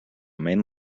main